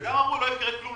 וגם אמרו: לא יקרה כלום.